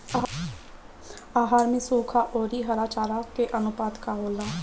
आहार में सुखा औरी हरा चारा के आनुपात का होला?